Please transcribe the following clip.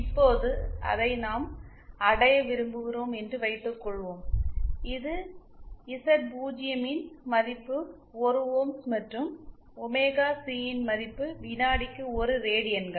இப்போது அதை நாம் அடைய விரும்புகிறோம் என்று வைத்துக்கொள்வோம் இது இசட்0 இன் மதிப்பு 1 ஓம்ஸ் மற்றும் ஒமேகா சி இன் மதிப்பு வினாடிக்கு 1 ரேடியன்கள்